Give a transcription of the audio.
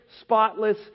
spotless